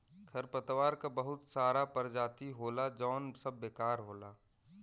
खरपतवार क बहुत सारा परजाती होला जौन सब बेकार होला